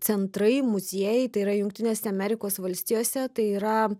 centrai muziejai tai yra jungtinėse amerikos valstijose tai yra